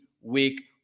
week